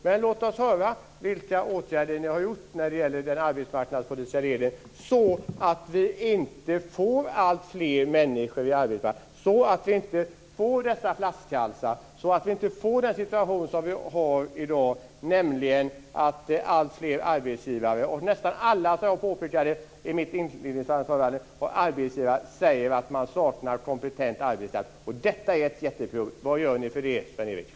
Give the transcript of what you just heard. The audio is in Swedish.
Men låt oss höra vilka åtgärder ni har vidtagit när det gäller arbetsmarknadspolitiken för att vi inte ska få alltfler människor i arbetslöshet och för att vi inte ska få dessa flaskhalsar. Som jag påpekade i mitt inledningsanförande säger nästan alla arbetsgivare att man saknar kompetent arbetskraft. Detta är ett jätteproblem. Vad gör ni åt det, Sven-Erik Österberg?